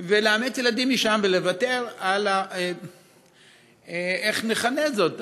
ולאמץ ילדים משם ולוותר, איך נכנה זאת?